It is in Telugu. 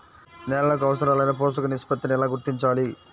నేలలకు అవసరాలైన పోషక నిష్పత్తిని ఎలా గుర్తించాలి?